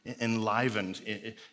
enlivened